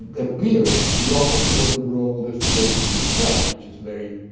a beard, the opposite of the role they're supposed to play, which is very